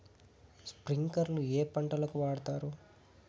స్ప్రింక్లర్లు ఏ పంటలకు వాడుతారు?